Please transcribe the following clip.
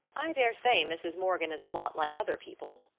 i daresay mrs. morgan is a lot like other people,